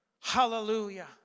Hallelujah